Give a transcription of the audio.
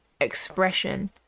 expression